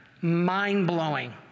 Mind-blowing